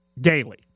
daily